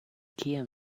kiam